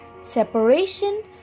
Separation